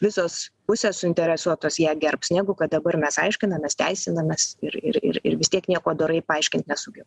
visos pusės suinteresuotos ją gerbs negu kad dabar mes aiškinamės teisinėmis ir ir ir ir vis tiek nieko dorai paaiškint nesugeba